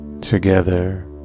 Together